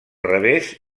revés